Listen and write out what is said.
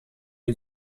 die